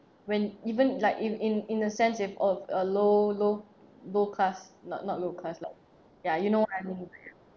when even like in in in a sense if of a low low low class not not low class log~ ya you know what I mean